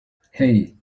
hey